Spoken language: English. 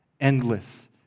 endless